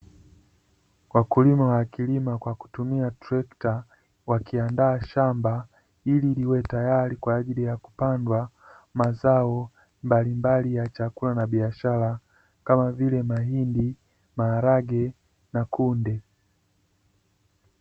Wakulima wakilima kwa kutumia trekta wakiandaa shamba ili liwe tayari kwa ajili ya kupandwa mazao mbalimbali ya chakula na biashara kama vile mahindi, maharage, na kunde.